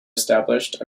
established